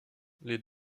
les